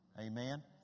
Amen